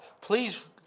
please